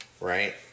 right